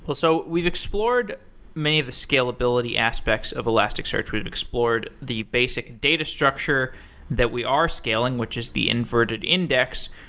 but so we've explored many of the scalability aspects of elasticsearch. we've explored the basic data structure that we are scaling, which is the inverted index.